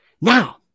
Now